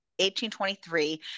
1823